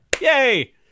Yay